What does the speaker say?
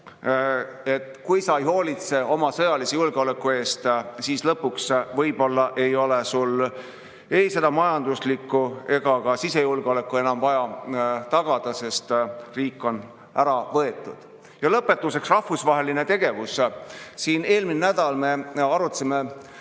kui sa ei hoolitse oma sõjalise julgeoleku eest, siis lõpuks võib-olla ei ole sul ei majanduslikku ega ka sisejulgeolekut enam vaja tagada, sest riik on ära võetud. Lõpetuseks rahvusvaheline tegevus. Eelmisel nädalal me arutasime